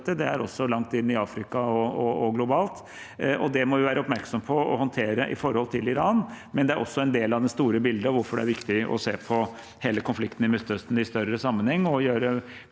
Det er også langt inn i Afrika og globalt, og det må vi være oppmerksomme på å håndtere med tanke på Iran. Det er også en del av det store bildet og hvorfor det er viktig å se på hele konflikten i Midtøsten i en større sammenheng, og bli